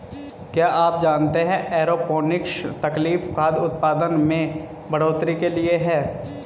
क्या आप जानते है एरोपोनिक्स तकनीक खाद्य उतपादन में बढ़ोतरी के लिए है?